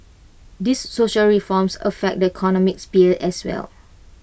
these social reforms affect the economic sphere as well